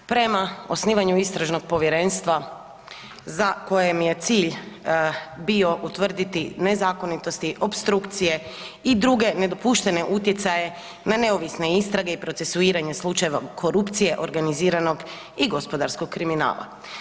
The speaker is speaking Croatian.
Prema osnivanju istražnog povjerenstva za koje mi je cilj bio utvrditi nezakonitosti opstrukcije i druge nedopuštene utjecaje na neovisne istrage i procesuiranje slučajeva korupcije organiziranog i gospodarskog kriminala.